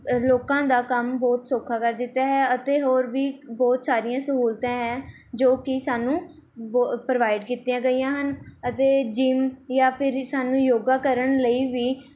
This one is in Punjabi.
ਲੋਕਾਂ ਦਾ ਕੰਮ ਬਹੁਤ ਸੌਖਾ ਕਰ ਦਿੱਤਾ ਹੈ ਅਤੇ ਹੋਰ ਵੀ ਬਹੁਤ ਸਾਰੀਆਂ ਸਹੂਲਤਾਂ ਹੈ ਜੋ ਕਿ ਸਾਨੂੰ ਬ ਪ੍ਰੋਵਾਈਡ ਕੀਤੀਆਂ ਗਈਆਂ ਹਨ ਅਤੇ ਜਿੰਮ ਜਾਂ ਫਿਰ ਸਾਨੂੰ ਯੋਗਾ ਕਰਨ ਲਈ ਵੀ